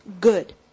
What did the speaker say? good